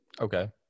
okay